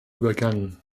übergangen